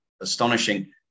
astonishing